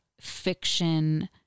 fiction